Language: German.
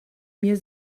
mir